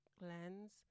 lens